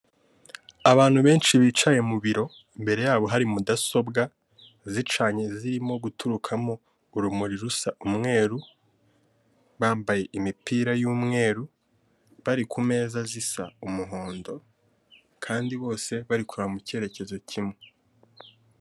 Abantu benshi bicaye mu biro imbere yabo hari mudasobwa, zicanye zirimo guturukamo urumuri rusa umweru, bambaye imipira yu'umweru, bari kumeza zisa umuhondo, kandi bose bari kureba mu cyerekezo kimwe.